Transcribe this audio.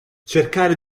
cercare